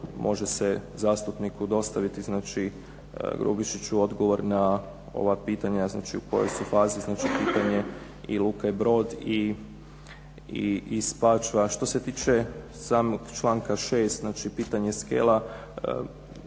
može se zastupniku dostaviti Grubišiću odgovor na ova pitanja u kojoj su fazi znači pitanje i Luka, i Brod, i Spačva. Što se tiče samog članka 6. pitanje skela